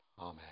Amen